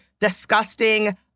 disgusting